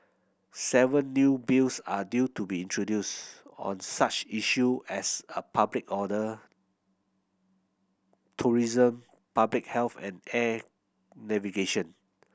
seven new Bills are due to be introduced on such issue as a public order tourism public health and air navigation